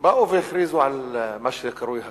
באה והכריזה על מה שקרוי הקלות.